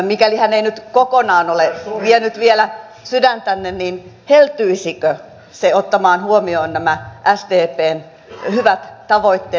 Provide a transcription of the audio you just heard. mikäli hän ei nyt kokonaan ole vienyt vielä sydäntänne niin heltyisikö se ottamaan huomioon nämä sdpn hyvät tavoitteet